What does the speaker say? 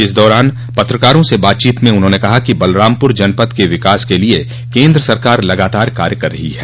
इस दौरान पत्रकारों से बातचीत में उन्होंने कहा कि बलरामपुर जनपद के विकास के लिए केन्द्र सरकार लगातार कार्य कर रही है